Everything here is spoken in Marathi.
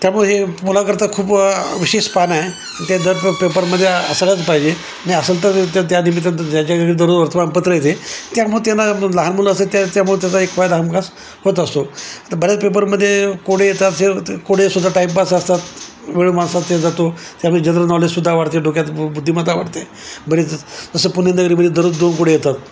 त्यामुळे हे मुलाकरता खूप विशेष पान आहे ते दर पेपरमध्ये असायलाच पाहिजे आणि असेल तर त्या त्यानिमित्ताने ज्याच्या घरी दररोज वर्तमानपत्र येते त्यामुळे त्यांना लहान मुलं असतं त्या त्यामुळे त्याचा एक फायदा हमखास होत असतो आता बऱ्याच पेपरमध्ये कोडे येतात ते कोडेसुद्धा टाइमपास असतात वेळ माणसात ते जातो त्यामुळे जनरल नॉलेजसुद्धा वाढते डोक्यात बुद्धिमत्ता वाढते बरीच जसं पुण्यनगरीमध्ये दररोज दोन कोडे येतात